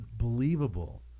unbelievable